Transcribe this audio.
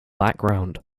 background